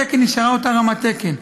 רמת התקן נשארה אותה רמת תקן,